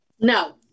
No